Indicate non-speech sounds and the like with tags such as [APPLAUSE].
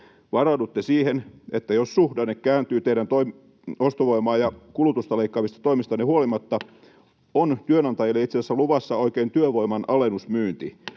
Varaudutte siihen, että jos suhdanne kääntyy teidän ostovoimaa ja kulutusta leikkaavista toimistanne huolimatta, [NOISE] on työnantajille itse asiassa luvassa oikein työvoiman alennusmyynti.